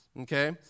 Okay